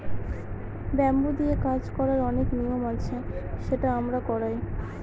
bamboo নিয়ে কাজ করার অনেক নিয়ম আছে সেটা আমরা করায়